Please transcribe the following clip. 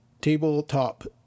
Tabletop